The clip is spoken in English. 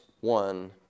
one